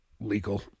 Legal